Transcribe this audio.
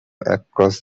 across